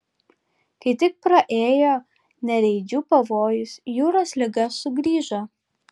kai tik praėjo nereidžių pavojus jūros liga sugrįžo